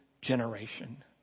generation